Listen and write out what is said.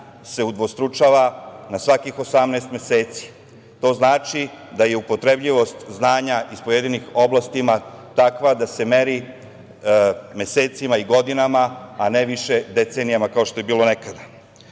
se udvostručuje na svakih 18 meseci. To znači da je upotrebljivost znanja iz pojedinih oblasti takva da se meri mesecima i godinama, a ne više decenijama, kao što je bilo nekada. Šta